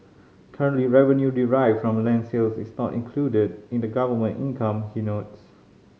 currently revenue derived from land sales is not included in the government income he notes